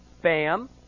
Bam